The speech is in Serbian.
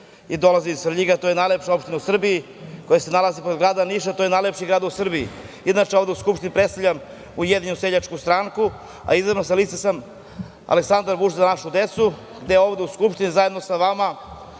i dolazim iz Svrljiga, najlepše opštine u Srbiji, koja se nalazi pored grada Niša, koji je najlepši grad u Srbiji. Inače, ovde u Skupštini predstavljam Ujedinjenu seljačku stranku, a izabran sam sa liste "Aleksandar Vučić - Za našu decu", gde ovde u Skupštini, zajedno sa vama,